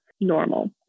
normal